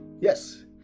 Yes